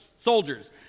soldiers